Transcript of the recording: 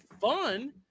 fun